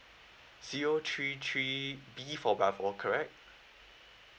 zero three three B for bravo correct